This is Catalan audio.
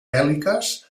bèl·liques